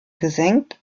gesenkt